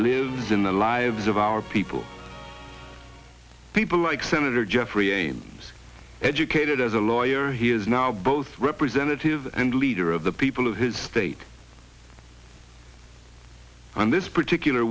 lives in the lives of our people people like senator geoffrey ames educated as a lawyer he is now both representative and leader of the people of his state on this particular